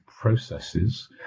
processes